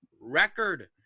record